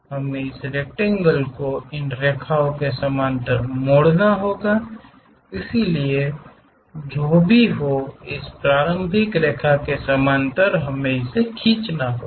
हमें इस रेकटेंगेल को इन रेखाओं के समानांतर मोड़ना है इसलिए जो भी हो इस प्रारंभिक रेखा के समानांतर हमें इसे खींचना होगा